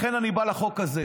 לכן אני בא לחוק הזה.